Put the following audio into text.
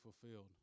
fulfilled